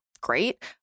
great